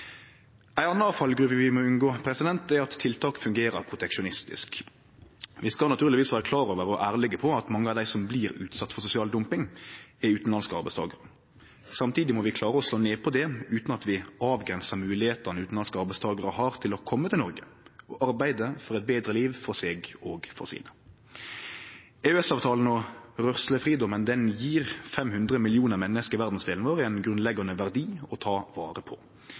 Ei anna fallgruve vi må unngå, er at tiltak fungerer proteksjonistisk. Vi skal naturlegvis vere klar over og ærlege om at mange av dei som blir utsette for sosial dumping, er utanlandske arbeidstakarar. Samtidig må vi klare å slå ned på det utan at vi avgrensar moglegheitene utanlandske arbeidstakarar har til å kome til Noreg og arbeide for eit betre liv for seg og sine. EØS-avtalen og rørslefridomen gjev 500 millionar menneske i verdsdelen vår ein grunnleggjande verdi å ta vare på.